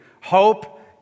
Hope